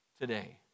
today